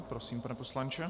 Prosím, pane poslanče.